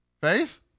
Faith